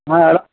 हाँ र